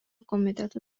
komiteto